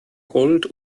gold